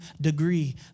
degree